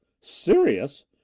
Serious